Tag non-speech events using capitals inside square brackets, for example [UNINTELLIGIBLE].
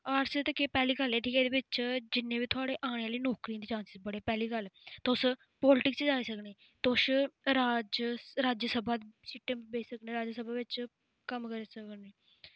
arts ते केह् पैह्ली गल्ल ऐ ठीक ऐ एह्दे बिच्च जिन्ने बी थुआढ़े आने आह्ली नौकरी दे चान्सेस बड़े पैह्ली गल्ल तुस पोलीटिक्स च जाई सकने तुस राज राज्य सभा [UNINTELLIGIBLE] बैही सकने राज्य सभा बिच्च कम्म करी सकने